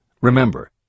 Remember